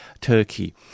Turkey